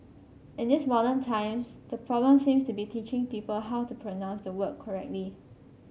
in these modern times the problem seems to be teaching people how to pronounce the word correctly